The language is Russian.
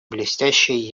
блестящие